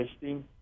testing